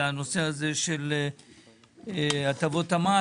זה הנושא הזה של הטבות המס.